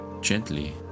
gently